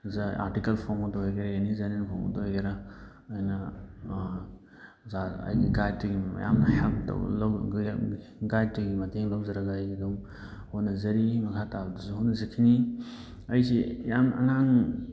article ꯐꯣꯡꯕꯗ ꯑꯣꯏꯒꯦꯔꯥ any journal ꯐꯣꯡꯕꯗ ꯑꯣꯏꯒꯦꯔꯥ ꯑꯩꯅ ꯑꯩꯒꯤ ꯒꯥꯏꯗꯇꯨꯒꯤ ꯃꯌꯥꯝ ꯃꯌꯥꯝ ꯇꯧꯔ ꯍꯥꯏꯗꯇꯨꯒꯤ ꯃꯇꯦꯡ ꯂꯧꯖꯔꯒ ꯑꯩ ꯑꯗꯨꯝ ꯍꯣꯠꯅꯖꯔꯤ ꯃꯈꯥ ꯇꯥꯕꯗꯁꯨ ꯍꯣꯠꯅꯖꯈꯤꯅꯤ ꯑꯩꯁꯦ ꯌꯥꯝꯅ ꯑꯉꯥꯡ